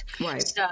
Right